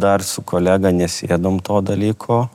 dar su kolega nesėdom to dalyko